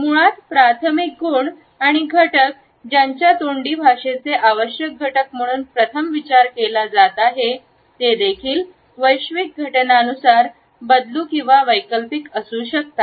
मुळात प्राथमिक गुण आणि घटक ज्याचा तोंडी भाषेचे आवश्यक घटक म्हणून प्रथम विचार केला जात आहे ते देखील वैश्विक घटना नुसार बदलू किंवा वैकल्पिक असू शकतात